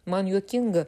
man juokinga